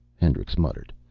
hendricks muttered.